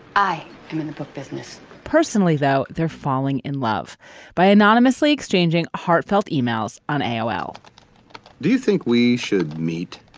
i am in the book business. personally, though, they're falling in love by anonymously exchanging heartfelt e-mails on aol do you think we should meet?